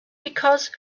because